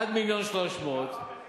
עד 1.3 מיליון.